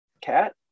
cat